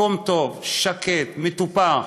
מקום טוב, שקט, מטופח,